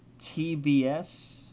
TBS